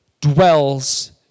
dwells